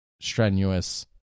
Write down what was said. strenuous